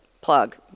plug